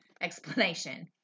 explanation